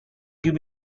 give